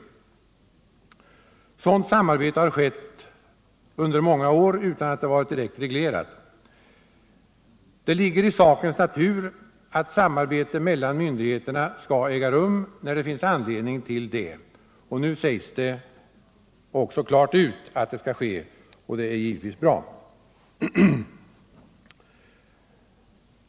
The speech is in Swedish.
Ett sådant samarbete har förekommit under många år utan att det varit direkt reglerat. Det ligger i sakens natur att samarbete mellan myndigheterna skall äga rum när det finns anledning till det, och nu sägs det också klart ut att så skall ske. Detta är givetvis bra.